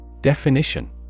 Definition